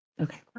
Okay